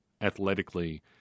athletically